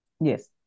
yes